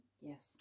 Yes